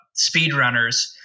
speedrunners